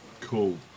Cool